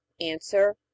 Answer